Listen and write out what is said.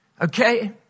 Okay